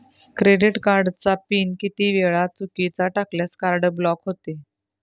Credit कार्डचा pin किती वेळा चुकीचा टाकल्यास कार्ड ब्लॉक होते?